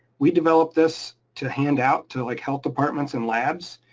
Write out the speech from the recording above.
we developed this to hand out to like health departments and labs,